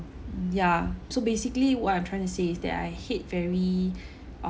ya so basically what I'm trying to say is that I hate very uh